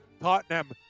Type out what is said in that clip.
Tottenham